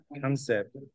concept